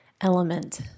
element